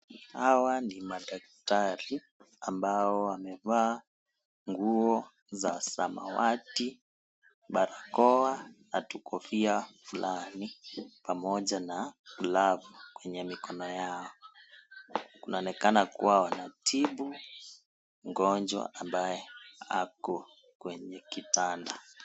Hawa ni madaktari ambao wamevaa nguo za samawati , barakoa na(CS )tukofia(CS )fulani pamoja na glavu kwenye mikono yao. Kunaonekana kuwa wanatibu mgonjwa ambayo ako kwenye kitanda.